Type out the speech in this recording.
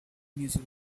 music